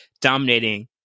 dominating